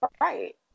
Right